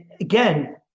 again